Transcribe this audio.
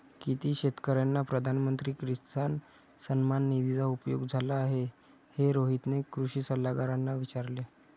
किती शेतकर्यांना प्रधानमंत्री किसान सन्मान निधीचा उपयोग झाला आहे, हे रोहितने कृषी सल्लागारांना विचारले